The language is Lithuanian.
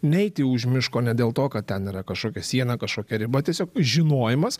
neiti už miško ne dėl to kad ten yra kažkokia siena kažkokia riba tiesiog žinojimas